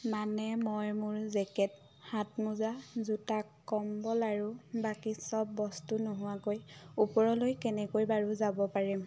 মানে মই মোৰ জেকেট হাতমোজা জোতা কম্বল আৰু বাকী সব বস্তু নোহোৱাকৈ ওপৰলৈ কেনেকৈ বাৰু যাব পাৰিম